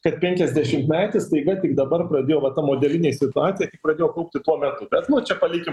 kad penkiasdešimtmetis staiga tik dabar pradėjo va ta modelinė situacija kai pradėjo kaupti tuo metu bet nu čia palikim